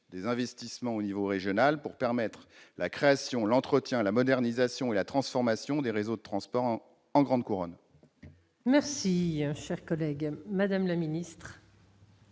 des investissements au niveau régional pour permettre la création, l'entretien, la modernisation et la transformation des réseaux de transports en grande couronne ? Très bien ! La parole est à Mme la ministre.